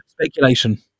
speculation